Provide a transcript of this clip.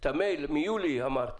את המייל, מיולי אמרת,